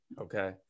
Okay